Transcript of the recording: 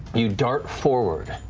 you dart forward,